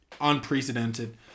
unprecedented